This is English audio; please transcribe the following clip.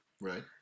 Right